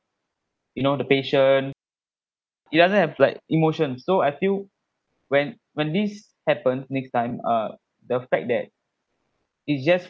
you know the patient it doesn't have like emotion so I feel when when this happened next time uh the fact that it's just